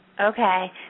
Okay